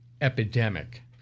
epidemic